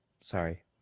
Sorry